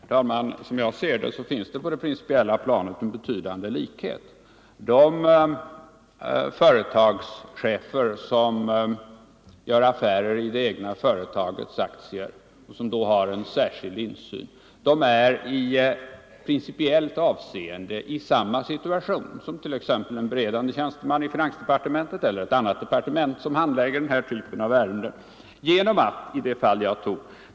Herr talman! Som jag ser det finns på det principiella planet en betydande likhet. De företagsledare som gör affärer i det egna företagets aktier och som då har en särskild insyn är principiellt i samma situation som t.ex. en beredande ämbetsman i finansdepartementet eller ett annat departement som handlägger den här relaterade typen av ärenden.